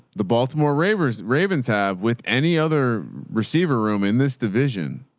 the baltimore ravers ravens have with any other receiver room in this division,